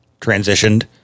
transitioned